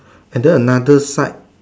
and then another side